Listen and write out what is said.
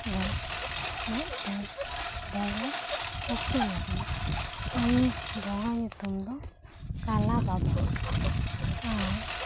ᱨᱮ ᱢᱤᱫᱴᱮᱱ ᱵᱚᱸᱜᱟᱭ ᱩᱯᱮᱞ ᱟᱠᱟᱱᱟ ᱤᱱᱤ ᱵᱚᱸᱜᱟ ᱧᱩᱛᱩᱢ ᱫᱚ ᱠᱟᱞᱟ ᱵᱟᱵᱟ ᱟᱨ